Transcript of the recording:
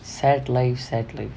sad life sadly